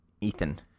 Ethan